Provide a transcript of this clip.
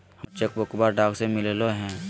हमर चेक बुकवा हमरा डाक से मिललो हे